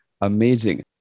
amazing